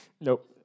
Nope